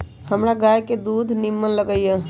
हमरा गाय के दूध निम्मन लगइय